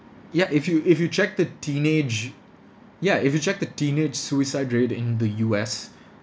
ya if you if you check the teenage ya if you check the teenage suicide rate in the U_S